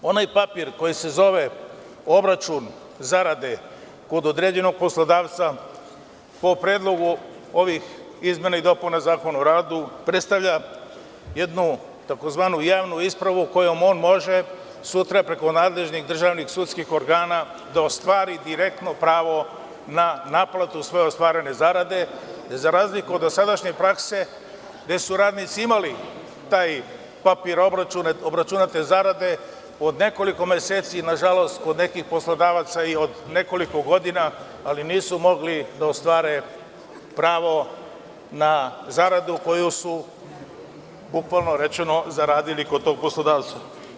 Onaj papir koji se zove obračun zarade kod određenog poslodavca, po predlogu ovih izmena i dopuna Zakona o radu, predstavlja jednu tzv. javnu ispravu kojom on može sutra preko nadležnih državnih sudskih organa da ostvari direktno pravo na naplatu svoje ostvarene zarade, za razliku od dosadašnje prakse gde su radnici imali taj papir obračunate zarade od nekoliko meseci i nažalost kod nekih poslodavaca i od nekoliko godina, ali nisu mogli da ostvare pravo na zaradu koju su, bukvalno rečeno, zaradili kod tog poslodavca.